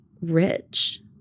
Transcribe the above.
rich